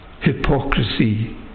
hypocrisy